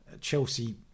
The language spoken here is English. Chelsea